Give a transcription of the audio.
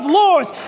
lords